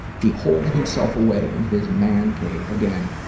he holed himself away in his man cave, again,